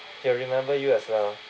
they'll remember you as a